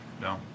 No